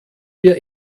wir